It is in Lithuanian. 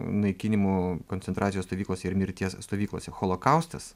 naikinimų koncentracijos stovyklose ir mirties stovyklose holokaustas